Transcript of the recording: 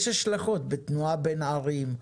יש השלכות בתנועה בין ערים,